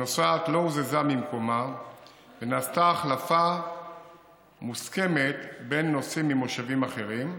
הנוסעת לא הוזזה ממקומה ונעשתה החלפה מוסכמת בין נוסעים ממושבים אחרים,